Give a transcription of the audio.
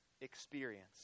experience